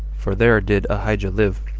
for there did ahijah live.